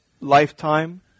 lifetime